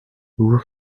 rule